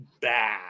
bad